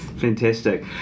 Fantastic